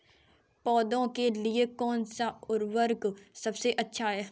पौधों के लिए कौन सा उर्वरक सबसे अच्छा है?